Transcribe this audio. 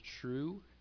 true